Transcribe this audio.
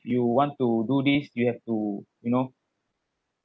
you want to do this you have to you know